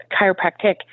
chiropractic